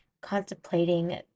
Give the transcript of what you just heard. contemplating